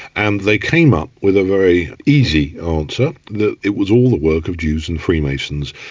and they came up with a very easy answer, that it was all the work of jews and freemasons,